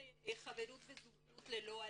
יש תכנית "חברות וזוגיות ללא אלימות"